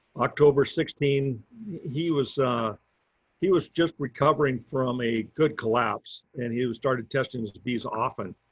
october sixteen he was he was just recovering from a good collapse and he he was started testing his bees often.